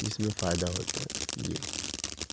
جس میں فائدہ ہوتا ہے جی